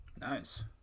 Nice